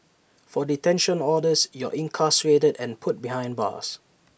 for detention orders you're incarcerated and put behind bars